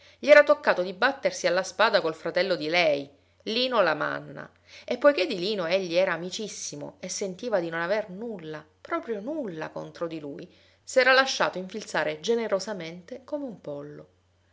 gli era toccato di battersi alla spada col fratello di lei lino lamanna e poiché di lino egli era amicissimo e sentiva di non aver nulla proprio nulla contro di lui s'era lasciato infilzare generosamente come un pollo